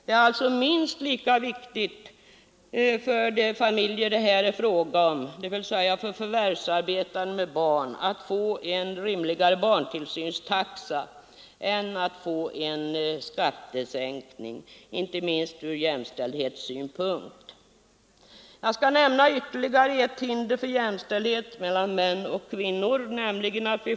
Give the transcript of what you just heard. Det är alltså minst lika viktigt för de familjer det här är fråga om — förvärvsarbetande med barn — att få en rimligare barntillsynstaxa som att få en skattesänkning, inte minst från jämställdhetssynpunkt. Jag skall nämna ytterligare ett hinder för jämställdhet mellan män och kvinnor.